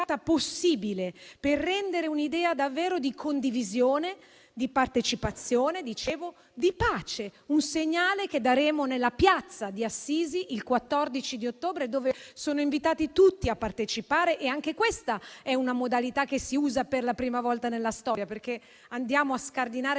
possibile, per rendere davvero un'idea di condivisione, di partecipazione, di pace. Un segnale che daremo nella piazza di Assisi il 14 ottobre, dove sono invitati tutti a partecipare: anche questa è una modalità che si usa per la prima volta nella storia. Andiamo a scardinare